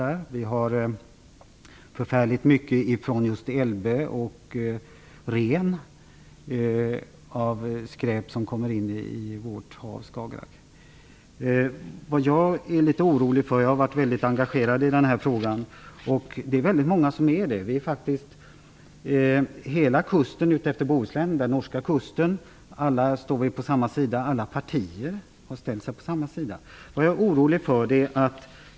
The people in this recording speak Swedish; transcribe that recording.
Det kommer in förfärligt mycket skräp från Elbe och Rhen i vårt hav Jag har varit väldigt engagerad i denna fråga. Väldigt många är engagerade. Alla utefter bohuslänska och norska kusten står på samma sida. Alla partier har ställt sig på samma sida.